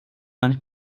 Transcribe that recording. auch